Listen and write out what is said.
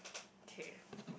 K